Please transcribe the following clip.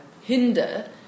hinder